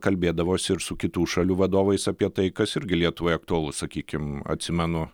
kalbėdavosi ir su kitų šalių vadovais apie tai kas irgi lietuvai aktualu sakykim atsimenu